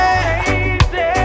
Crazy